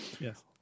Yes